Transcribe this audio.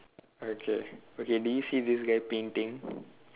okay okay do you see this guy painting